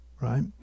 right